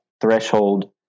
threshold